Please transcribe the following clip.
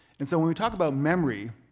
and so when we talk about memory,